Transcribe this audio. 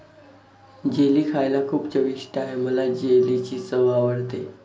jelly खायला खूप चविष्ट आहे मला जेलीची चव आवडते